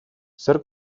zer